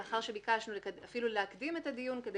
לאחר שביקשנו אפילו להקדים את הדיון כדי